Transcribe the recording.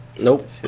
Nope